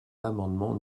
l’amendement